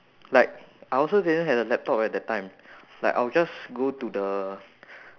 like I also didn't had a laptop at that time like I'll just go to the